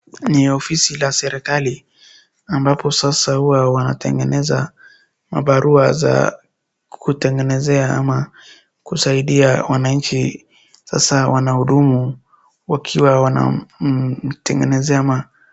Ni ofisi la kiserikali, ambapo sasa huwa wanatengeneza mabarua za kutengenezea ama kusaidia wananchi, sasa wanahudumu wakiwa wanamtengenezea ma.